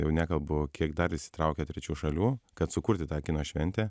jau nekalbu kiek dar įsitraukia trečių šalių kad sukurti tą kino šventę